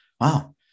wow